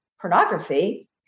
pornography